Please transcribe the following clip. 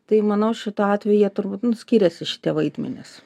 tai manau šituo atveju jie turbūt nu skiriasi šitie vaidmenys